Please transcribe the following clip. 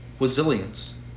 resilience